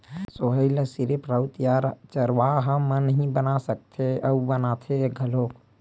सोहई ल सिरिफ राउत या चरवाहा मन ही बना सकथे अउ बनाथे घलोक